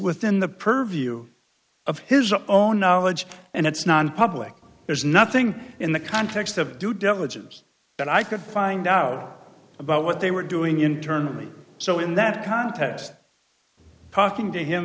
within the purview of his own knowledge and it's nonpublic there's nothing in the context of due diligence that i could find out about what they were doing internally so in that context parking to him